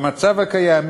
במצב הקיים,